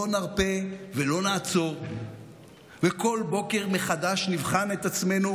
לא נרפה ולא נעצור וכל בוקר מחדש נבחן את עצמנו